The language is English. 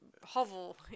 Hovel